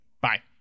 bye